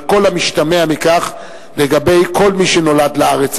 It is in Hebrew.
על כל המשתמע מכך לגבי כל מי שנולד לארץ